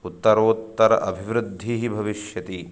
उत्तरोत्तर अभिवृद्धिः भविष्यति